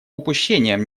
упущением